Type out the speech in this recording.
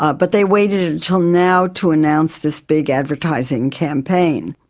ah but they waited until now to announce this big advertising campaign.